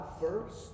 first